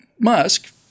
Musk